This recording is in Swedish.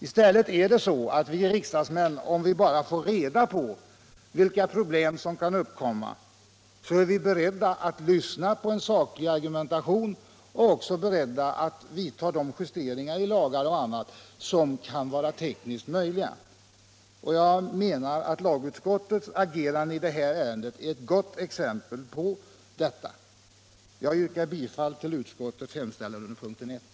I stället är det så att vi riksdagsmän, om vi bara får reda på vilka problem som förekommer, är beredda att lyssna på sakliga argument och vidta de justeringar i lagar och annat som kan vara tekniskt möjliga. Lagutskottets agerande i det här fallet är ett gott exempel på detta. Jag yrkar bifall till utskottets hemställan under punkten 1.